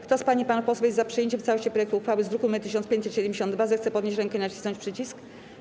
Kto z pań i panów posłów jest za przyjęciem w całości projektu uchwały z druku nr 1572, zechce podnieść rękę i nacisnąć przycisk.